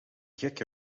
gekke